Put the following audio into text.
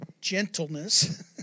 gentleness